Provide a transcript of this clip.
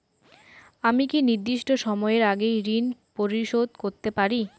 আমি কি নির্দিষ্ট সময়ের আগেই ঋন পরিশোধ করতে পারি?